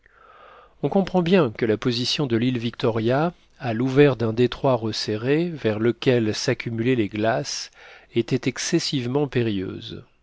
on comprend bien que la position de l'île victoria à l'ouvert d'un détroit resserré vers lequel s'accumulaient les glaces était excessivement périlleuse